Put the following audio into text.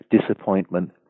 disappointment